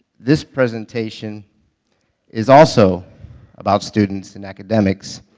this presentation is also about students and academics.